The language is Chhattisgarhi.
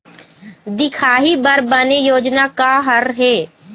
दिखाही बर बने योजना का हर हे?